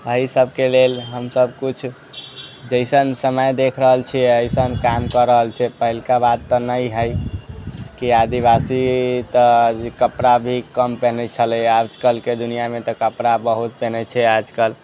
एहि सबके लेल हम सब किछु जैसन समय देखि रहल छियै ओइसन काम कऽ रहल छी पहिलका बात तऽ नहि हइ कि आदिवासी तऽ कपड़ा भी कम पेन्है छलै आजकलके दुनिआँमे तऽ कपड़ा बहुत पेन्है छै आजकल